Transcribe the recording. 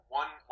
one